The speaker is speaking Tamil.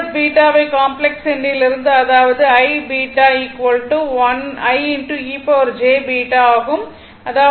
β வை காம்ப்ளெக்ஸ் எண்ணிலிருந்தும் அதாவது I β I ejβ ஆகும்